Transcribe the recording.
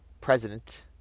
president